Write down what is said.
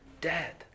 dead